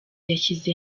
yashyize